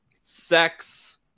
sex